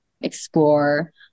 explore